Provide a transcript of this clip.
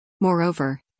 Moreover